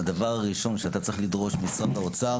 הדבר הראשון שאתה צריך לדרוש ממשרד האוצר